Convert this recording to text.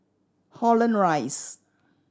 Holland Rise